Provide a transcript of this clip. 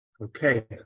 Okay